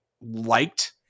liked